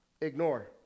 ignore